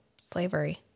Slavery